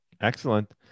Excellent